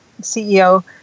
CEO